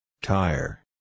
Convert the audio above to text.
Tire